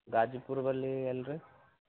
ಗಾಜಿಪುರದಲ್ಲಿ ಎಲ್ಲಿ ರೀ